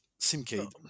Simcade